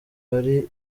hari